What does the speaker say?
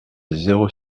zéro